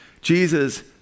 Jesus